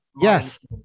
Yes